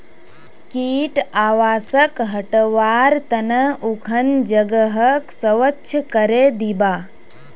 कीट आवासक हटव्वार त न उखन जगहक स्वच्छ करे दीबा